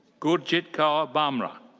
gurjit kaur bhamra.